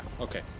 Okay